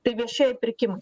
tai viešieji pirkimai